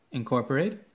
incorporate